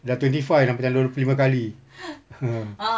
dah twenty five dah jadi dua puluh lima kali